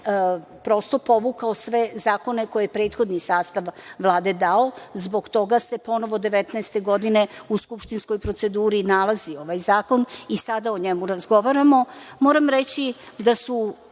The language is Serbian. Vlade povukao sve zakone koje je prethodni sastav Vlade dao, zbog toga se ponovo 2019. godine u skupštinskoj proceduri nalazi ovaj zakon i sada o njemu razgovaramo, moram reći da su